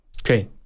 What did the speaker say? Okay